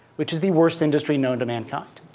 which is the worst industry known to mankind.